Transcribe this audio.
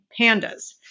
Pandas